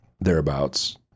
thereabouts